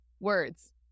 Words